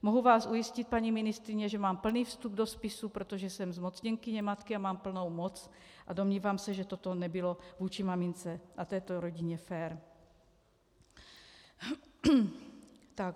Mohu vás ujistit, paní ministryně, že mám plný vstup do spisu, protože jsem zmocněnkyně matky a mám plnou moc, a domnívám se, že toto nebylo vůči mamince a této rodině fér.